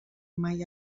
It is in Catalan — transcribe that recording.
mai